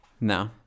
No